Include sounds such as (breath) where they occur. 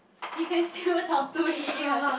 you can still (breath) talk to him (laughs)